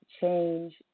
change